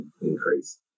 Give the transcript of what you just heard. increase